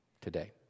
today